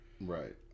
Right